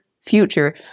future